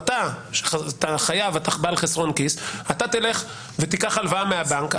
אתה חייב ובעל חסרון כיס תלך ותיקח הלוואה מהבנק.